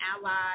ally